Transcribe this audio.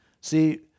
See